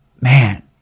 man